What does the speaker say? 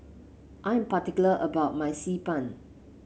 I'm particular about my Xi Ban